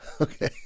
okay